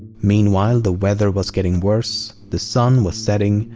meanwhile the weather was getting worse, the sun was setting,